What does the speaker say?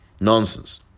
nonsense